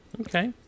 Okay